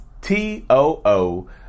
T-O-O